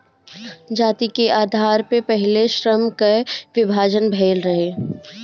जाति के आधार पअ पहिले श्रम कअ विभाजन भइल रहे